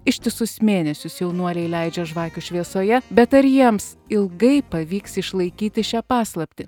ištisus mėnesius jaunuoliai leidžia žvakių šviesoje bet ar jiems ilgai pavyks išlaikyti šią paslaptį